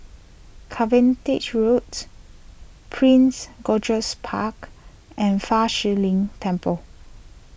carven day G Roads Prince George's Park and Fa Shi Lin Temple